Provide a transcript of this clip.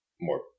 more